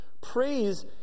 praise